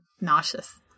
nauseous